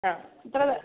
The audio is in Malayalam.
ആഹ് എത്ര പേരാ